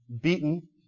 beaten